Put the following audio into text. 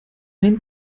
ein